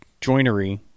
joinery